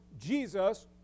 Jesus